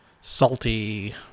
salty